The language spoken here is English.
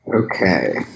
Okay